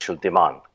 demand